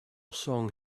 song